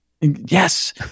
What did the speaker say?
Yes